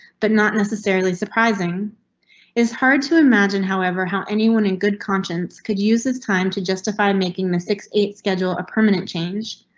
but not necessarily surprising is hard to imagine, however, how anyone in good conscience could use this time to justify making the six eight schedule a permanent change.